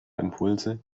impulse